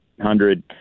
hundred